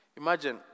Imagine